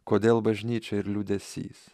kodėl bažnyčia ir liūdesys